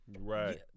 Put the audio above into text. Right